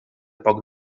poc